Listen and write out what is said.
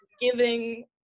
giving